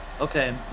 Okay